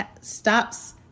stops